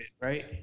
Right